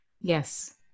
yes